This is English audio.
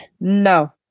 No